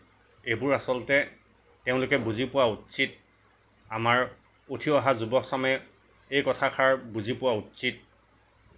এইবোৰ আচলতে তেওঁলোকে বুজি পোৱা উচিত আমাৰ উঠি অহা যুৱচামে এই কথাষাৰ বুজি পোৱা উচিত